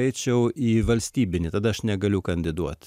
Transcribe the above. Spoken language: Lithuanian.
eičiau į valstybinį tada aš negaliu kandidatuot